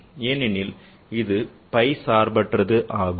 ஏனெனில் இது phi சார்பற்றது ஆகும்